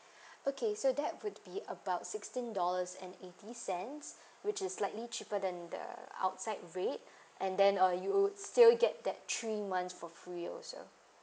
okay so that would be about sixteen dollars and eighty cents which is slightly cheaper than the outside rate and then uh you would still get that three months for free also